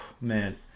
man